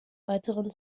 weiteren